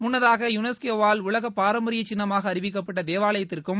முன்னதாக யுனெஸ்கோவால் உலக பாரம்பரிய சின்னமாக அறிவிக்கப்பட்ட தேவாலயத்திற்கும்